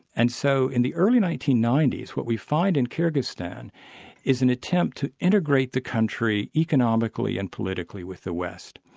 and so in the early nineteen ninety s, what we find in kyrgyzstan is an attempt to integrate the country economically and politically with the west.